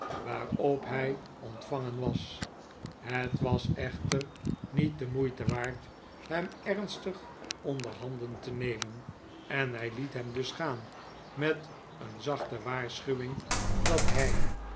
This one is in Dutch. waarop hij ontvangen was het was echter niet de moeite waard hem ernstig onderhanden te nemen l nikolaas nickleby en hij liet hem dus gaan met een zachte waarschuwing dat hij